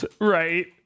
right